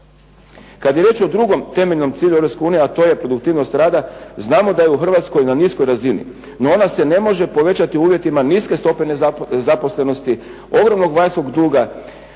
Kad je riječ o drugom temeljnom cilju Europske unije, a to je produktivnost rada, znamo da je u Hrvatskoj na niskoj razini, no ona se ne može povećati uvjetima niske stope nezaposlenosti, ogromnog vanjskog duga,